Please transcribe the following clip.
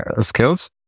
skills